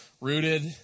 Rooted